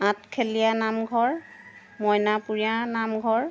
আঠখেলীয়া Namghar Mainapuriya নামঘৰ